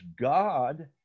God